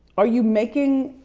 are you making